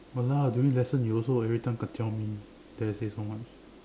!walao! during lesson you also every time kacau me dare say so much